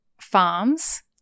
farms